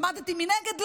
עמדתי מנגד?